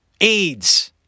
AIDS